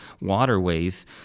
waterways